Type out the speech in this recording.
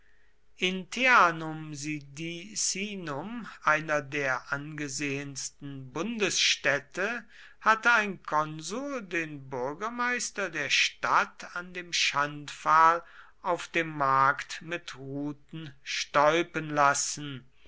in teanum sidicinum einer der angesehensten bundesstädte hatte ein konsul den bürgermeister der stadt an dem schandpfahl auf dem markt mit ruten stäupen lassen